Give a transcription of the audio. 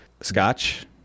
Scotch